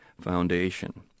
Foundation